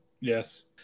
Yes